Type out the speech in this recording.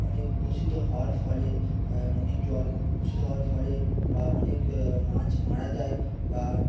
অনেক দূষিত হওয়ার ফলে নদীর জল দূষিত হওয়ার ফলে বা অনেক মাছ মারা যায় বা